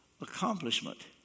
accomplishment